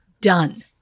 Done